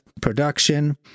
production